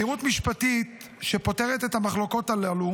בהירות משפטית שפותרת את המחלוקות הללו